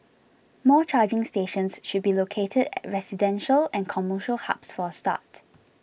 more charging stations should be located at residential and commercial hubs for a start